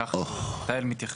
ולכך תהל מתייחסת.